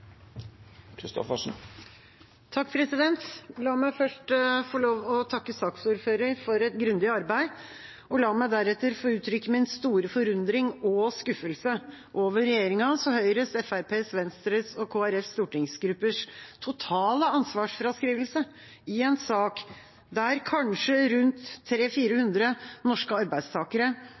La meg først få lov til å takke saksordføreren for et grundig arbeid. La meg deretter få uttrykke min store forundring og skuffelse over regjeringas og Høyres, Fremskrittspartiets, Venstres og Kristelig Folkepartis stortingsgruppers totale ansvarsfraskrivelse i en sak der kanskje rundt 300–400 norske arbeidstakere